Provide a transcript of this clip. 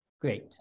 Great